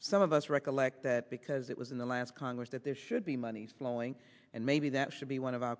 some of us recollect that because it was in the last congress that there should be monies flowing and maybe that should be one of our